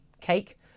cake